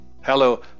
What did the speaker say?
Hello